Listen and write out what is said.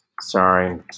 Sorry